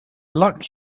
luck